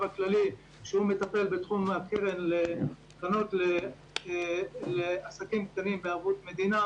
הכללי שמטפל בתחום הקרנות לעסקים קטנים לערבות מדינה